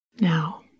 Now